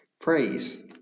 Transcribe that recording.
praise